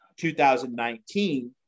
2019